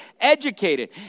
educated